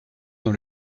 dans